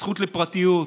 הזכות לפרטיות,